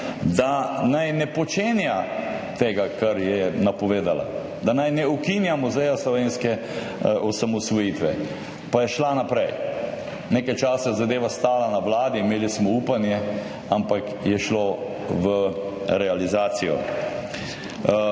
da naj ne počenja tega, kar je napovedala, da naj ne ukinja Muzeja slovenske osamosvojitve. Pa je šla naprej. Nekaj časa je zadeva stala na Vladi, imeli smo upanje, ampak je šlo v realizacijo.